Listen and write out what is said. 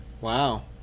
Wow